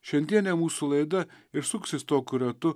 šiandienė mūsų laida ir suksis tokiu ratu